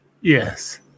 Yes